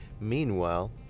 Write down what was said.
meanwhile